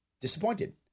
disappointed